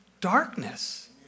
darkness